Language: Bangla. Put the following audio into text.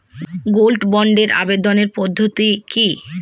গোল্ড বন্ডে আবেদনের পদ্ধতিটি কি?